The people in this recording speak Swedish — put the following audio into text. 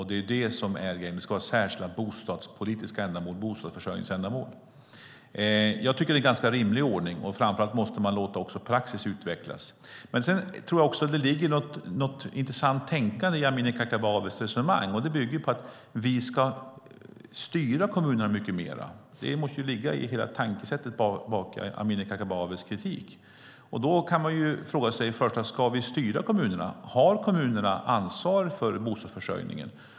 Det ska vara särskilda bostadspolitiska ändamål, bostadsförsörjningsändamål. Jag tycker att det är en ganska rimlig ordning. Framför allt måste man låta praxis utvecklas. Men jag tror att det ligger något intressant tänkande i Amineh Kakabavehs resonemang. Det bygger på att vi ska styra kommunerna mycket mer. Det måste ligga i hela tankesättet bakom Amineh Kakabavehs kritik. Då kan man fråga sig: Ska vi styra kommunerna? Har kommunerna ansvar för bostadsförsörjningen?